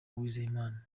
uwizeyimana